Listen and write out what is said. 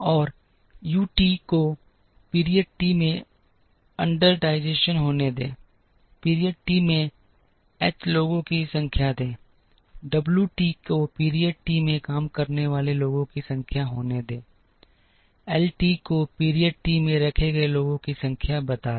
और U T को period T में अंडरटाइजेशन होने दें पीरियड टी में एच लोगों की संख्या दें डब्ल्यू टी को पीरियड टी में काम करने वाले लोगों की संख्या होने दें एल टी को पीरियड टी में रखे गए लोगों की संख्या बता दें